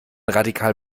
radikal